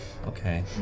okay